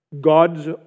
God's